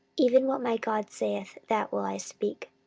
even what my god saith, that will i speak.